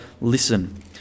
listen